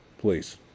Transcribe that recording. Please